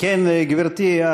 כן, גברתי.